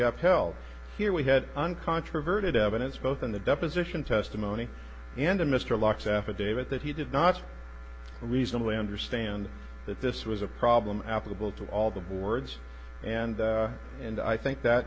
upheld here we had uncontroverted evidence both in the deposition testimony and in mr locke's affidavit that he did not reasonably understand that this was a problem applicable to all the boards and and i think that